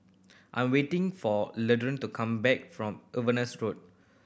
I am waiting for Leandra to come back from Evanas Road